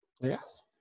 yes